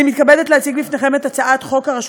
אני מתכבדת להציג בפניכם את הצעת חוק הרשות